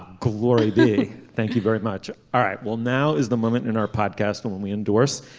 glory be. thank you very much. all right. well now is the moment in our podcast when we endorse